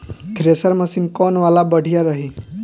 Thresher machine कौन वाला बढ़िया रही?